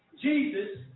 Jesus